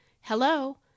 Hello